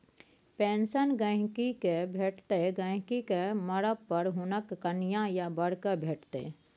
pension गहिंकी केँ भेटतै गहिंकी केँ मरब पर हुनक कनियाँ या बर केँ भेटतै